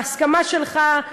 בהסכמה שלך,